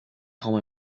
home